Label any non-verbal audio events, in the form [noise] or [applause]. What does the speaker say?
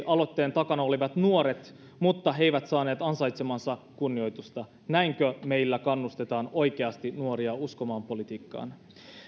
[unintelligible] aloitteen takana olivat nuoret mutta he eivät saaneet ansaitsemaansa kunnioitusta näinkö meillä oikeasti kannustetaan nuoria uskomaan politiikkaan